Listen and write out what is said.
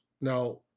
now